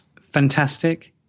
Fantastic